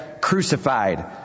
crucified